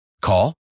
Call